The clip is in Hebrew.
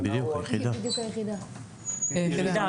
לצערנו,